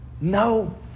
No